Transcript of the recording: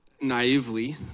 Naively